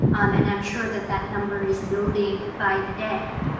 and i am sure that that number is building by the day.